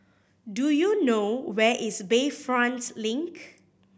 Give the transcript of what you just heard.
do you know where is Bayfront Link